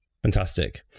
Fantastic